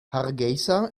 hargeysa